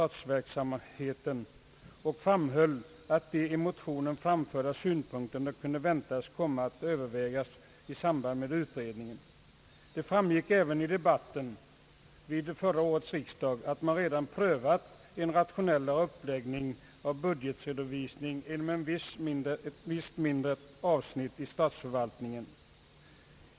Utskottet framhöll vidare att de i motionen framförda synpunkterna kunde väntas komma under övervägande i samband med utredningen. Det framgick även av debatten vid förra årets riksdag att man redan prövat en rationellare uppläggning av budgetredovisningen inom ett mindre avsnitt i statsförvaltningen.